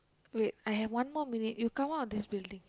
wait I have one more minute you come out of this building